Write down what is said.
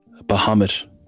Bahamut